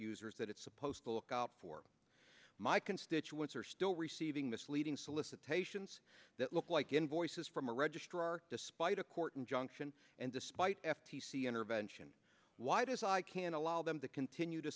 users that it's supposed to look out for my constituents are still receiving misleading solicitations that look like invoices from a registrar despite a court injunction and despite f t c intervention why does i can't allow them to continue to